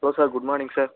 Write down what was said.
hello sir good morning sir